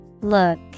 Look